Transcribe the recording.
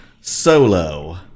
Solo